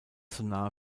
sonar